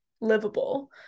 livable